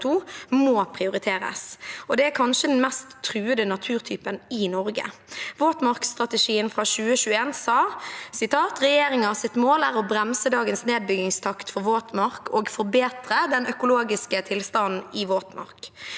må prioriteres, og det er kanskje den mest truede naturtypen i Norge. I våtmarksstrategien fra 2021 sa man: «Regjeringa sitt mål er å bremse dagens nedbyggingstakt for våtmark, og forbetre den økologiske tilstanden i våtmark.»